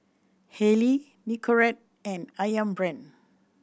Haylee Nicorette and Ayam Brand